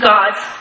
God's